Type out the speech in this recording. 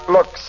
Look